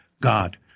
God